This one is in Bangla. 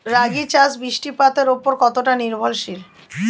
রাগী চাষ বৃষ্টিপাতের ওপর কতটা নির্ভরশীল?